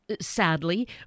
sadly